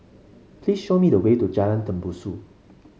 please show me the way to Jalan Tembusu